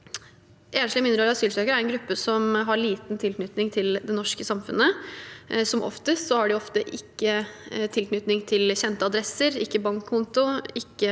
Enslige mindreårige asylsøkere er en gruppe som har liten tilknytning til det norske samfunnet. Som oftest har de ikke tilknytning til kjente adresser, ikke bankkonto i